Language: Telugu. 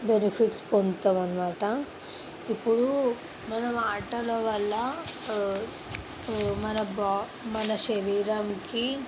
బెనిఫిట్స్ పొందుతాం అన్నమాట ఇప్పుడు మనం ఆటలో వల్ల మన బా మన శరీరానికి